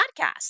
podcast